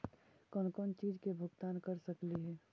कौन कौन चिज के भुगतान कर सकली हे?